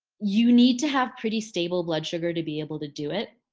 you need to have pretty stable blood sugar to be able to do it.